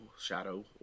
shadow